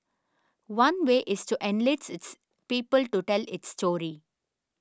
one way is to enlist its people to tell its story